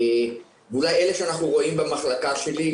אולי אלה שאנחנו רואים במחלקה שלי,